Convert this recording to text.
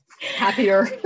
happier